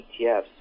ETFs